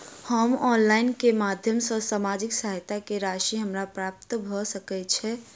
हम ऑनलाइन केँ माध्यम सँ सामाजिक सहायता केँ राशि हमरा प्राप्त भऽ सकै छै?